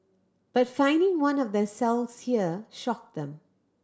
but finding one of their cells here shocked them